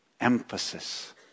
emphasis